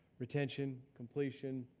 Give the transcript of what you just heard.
retention, completion,